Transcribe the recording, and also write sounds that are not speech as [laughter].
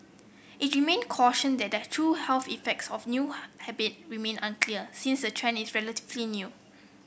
it remain cautioned that the true health effects of new [unintelligible] habit remain unclear since the trend is relatively new